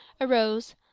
arose